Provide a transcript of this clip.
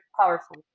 powerful